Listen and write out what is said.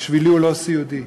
בשבילי הוא לא סיעודי.